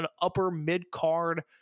upper-mid-card